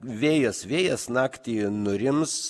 vėjas vėjas naktį nurims